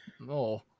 No